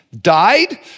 died